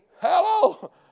Hello